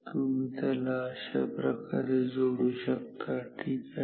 तुम्ही त्याला अशाप्रकारे जोडू शकता ठीक आहे